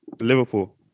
Liverpool